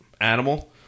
animal